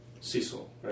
Cecil